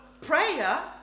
prayer